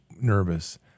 nervous